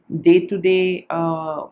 day-to-day